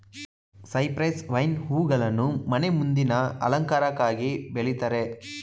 cypress vine ಹೂಗಳನ್ನು ಮನೆ ಮುಂದಿನ ಅಲಂಕಾರಕ್ಕಾಗಿ ಬೆಳಿತಾರೆ